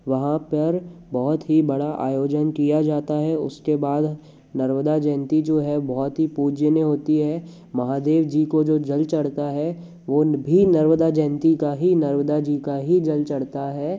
वहाँ पर बहुत ही बड़ा आयोजन किया जाता है उसके बाद नर्मदा जयंती जो है बहुत ही पूजनीय होती है महादेव जी को जो जल चढ़ता है वह भी नर्मदा जयंती का ही नर्मदा जी का ही चढ़ता है